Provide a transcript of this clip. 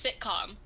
sitcom